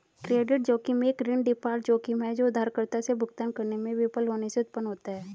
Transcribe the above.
credit जोखिम एक ऋण डिफ़ॉल्ट जोखिम है जो उधारकर्ता से भुगतान करने में विफल होने से उत्पन्न होता है